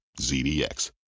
ZDX